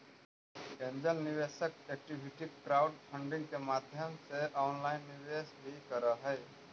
angel निवेशक equity crowdfunding के माध्यम से ऑनलाइन निवेश भी करऽ हइ